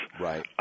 Right